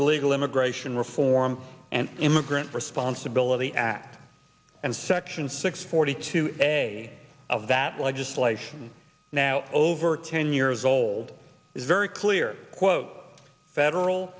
illegal immigration reform and immigrant responsibility act and section six forty two a of that legislation now over ten years old is very clear quote federal